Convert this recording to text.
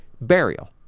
burial